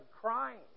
crying